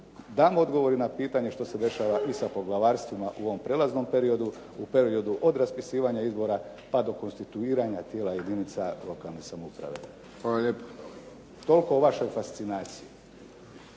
damo odgovore na pitanja što se dešava i sa poglavarstvima u ovom prelaznom periodu, u periodu od raspisivanja izbora pa do konstituiranja tijela jedinica lokalne samouprave. Toliko o vašoj fascinaciji.